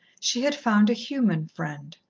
she had found a human friend.